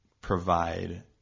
provide